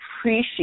appreciate